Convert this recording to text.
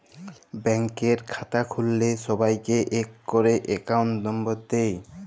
ব্যাংকের খাতা খুল্ল্যে সবাইকে ইক ক্যরে একউন্ট লম্বর দেয়